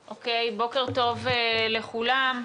בוקר טוב לכולם.